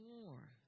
more